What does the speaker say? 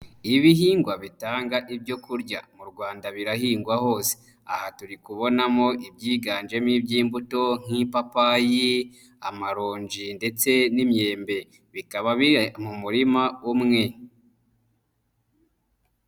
Ibihingwa bitanga ibyo kurya mu Rwanda birahingwa hose. Aha turi kubonamo ibyiganjemo iby'imbuto nk'ipapayi, amarongi ndetse n'imyembe. Bikaba biri mu murima umwe.